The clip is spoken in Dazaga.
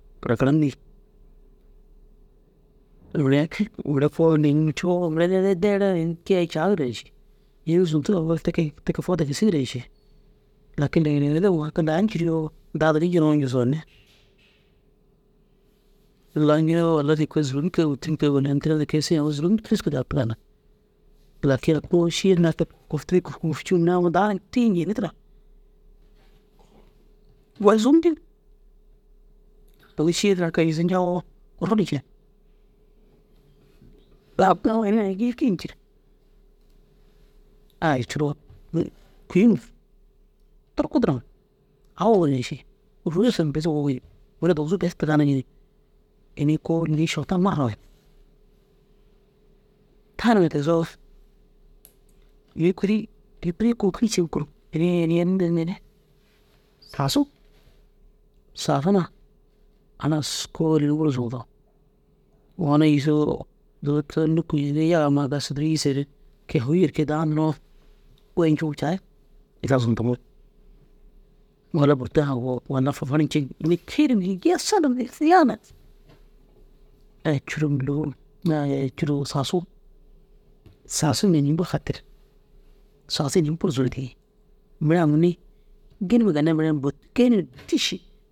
Karakaram dîi. Mire mire kôoli ini cuu mire deere kee caagire ši ini zuntu ogon te ke fooda gisigire ni ši lakin ini indim haki laa nciriyoo daa digi ñanawuu ŋûsowuni. Laaŋiroo walla zûlon ke wotir ke ini tira ke sigin riske daa taganig. Lakin kuu šii naki kufitini kufuji dana tiiri ñirinni tira goyi zomñig dagoo ši duro ize ñoo oro cii tabtono ini ñirg a cîroo kûyin turku durrin aũ wugirene ši rôzi bes wugi. Mire dugusu bes taganigi ni ini kôoli Šeitan mura wahid tagani tigisoo ini kuri ini iniyã inidigane sasu. Sasu na halas kôoli ini bur zundu ogoni yîsoo nukindin yega amma bes duro îsere kee hujuwer ke daa nuroo kôi ñûwere caag za zundumu mire burta aũ fafarñig a cûro mûlofur a cûro ini ai sasu. Sasu ni ini bur hatir sasu ini bur zundi mire ogoni gînima ginna mire bûtkeni